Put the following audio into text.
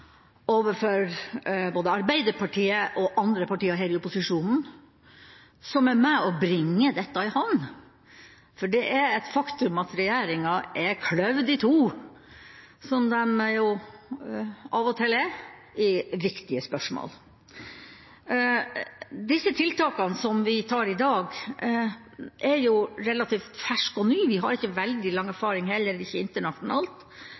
overfor både Arbeiderpartiet og andre partier her i opposisjonen som er med og bringer dette i havn, for det er et faktum at regjeringa er kløvd i to, som de jo av og til er i viktige spørsmål. Disse tiltakene som vi tar i dag, er relativt ferske og nye. Vi har ikke veldig lang erfaring heller, ikke internasjonalt,